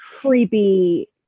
creepy